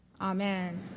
Amen